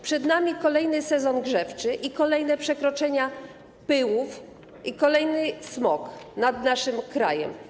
Przed nami kolejny sezon grzewczy i kolejne przekroczenia w zakresie pyłów, i kolejny smog nad naszym krajem.